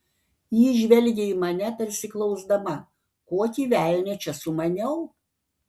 ji žvelgė į mane tarsi klausdama kokį velnią čia sumaniau